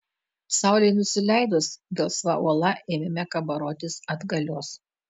saulei nusileidus gelsva uola ėmėme kabarotis atgalios